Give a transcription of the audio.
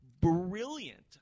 brilliant